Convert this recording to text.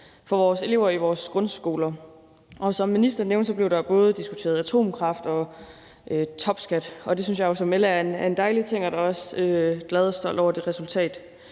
for vores elever i vores grundskoler. Som ministeren nævnte, blev der både diskuteret atomkraft og topskat, og det synes jeg jo som LA'er er en dejlig ting, og jeg er da også glad for og stolt over det resultat,